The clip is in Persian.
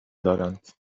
دارند